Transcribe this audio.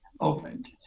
opened